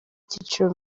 cyiciro